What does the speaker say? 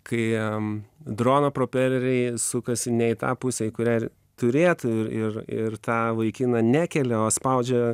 kai em drono propeleriai sukasi ne į tą pusę į kurią turėtų ir ir ir tą vaikiną nekelia o spaudžia